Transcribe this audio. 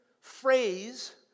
phrase